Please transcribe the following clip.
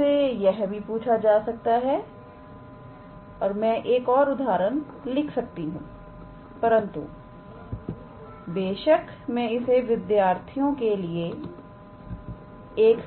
आपसे पूछा जा सकता है मैं एक और उदाहरण लिख सकती हूं परंतु बेशक मैं इसे विद्यार्थियों के लिए एक